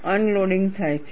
unloading થાય છે